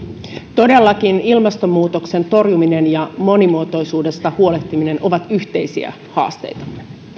todellakin ilmastonmuutoksen torjuminen ja monimuotoisuudesta huolehtiminen ovat yhteisiä haasteitamme